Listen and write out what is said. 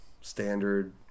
standard